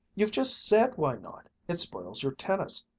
you've just said why not it spoils your tennis.